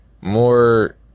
more